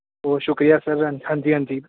ਬਹੁਤ ਸ਼ੁਕਰੀਆ ਸਰ ਹਾਂਜੀ ਹਾਂਜੀ